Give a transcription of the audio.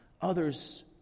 others